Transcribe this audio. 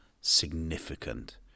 significant